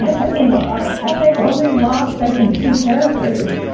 and they've um ah and they've only lost, i think, two characters.